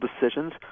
decisions